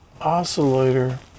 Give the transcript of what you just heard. oscillator